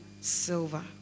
silver